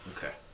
Okay